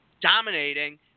dominating